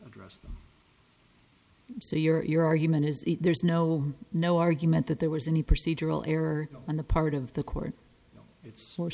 address them so your your argument is there's no no argument that there was any procedural error on the part of the court